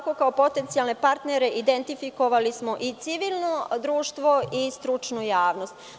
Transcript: Kao potencijalne partnere identifikovali smo civilno društvo i stručnu javnost.